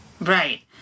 Right